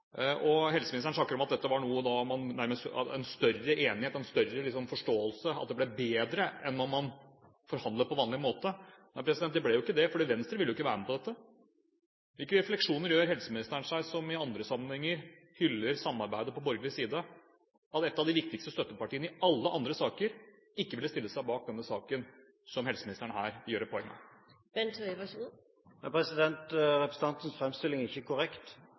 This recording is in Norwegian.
Helseministeren snakker om at dette var en større enighet, en større forståelse, og at det ble bedre enn om man forhandlet på vanlig måte. Det ble jo ikke det, for Venstre ville ikke være med på dette. Hvilke refleksjoner gjør helseministeren seg, som i andre sammenhenger hyller samarbeidet på borgerlig side, over at et av de viktigste støttepartiene i alle andre saker ikke ville stille seg bak denne saken, noe helseministere gjør et poeng av? Representanten Micaelsens framstilling er ikke korrekt.